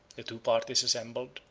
the two parties assembled,